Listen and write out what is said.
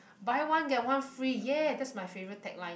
buy one get one free !yay! that's my favourite tagline